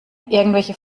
irgendwelche